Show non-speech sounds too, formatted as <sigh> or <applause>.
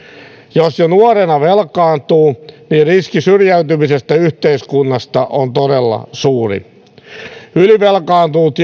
jos jo nuorena velkaantuu riski syrjäytyä yhteiskunnasta on todella suuri ylivelkaantunut <unintelligible>